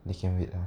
they can wait